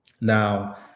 Now